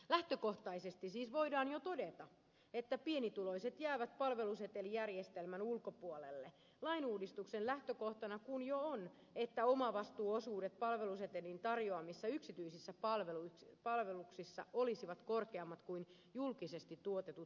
lähtökohtaisesti siis voidaan jo todeta että pienituloiset jäävät palvelusetelijärjestelmän ulkopuolelle jo lainuudistuksen lähtökohtana kun on että omavastuuosuudet palvelusetelin tarjoamissa yksityisissä palveluissa olisivat korkeammat kuin julkisesti tuotetuissa palveluissa